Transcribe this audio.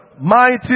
mighty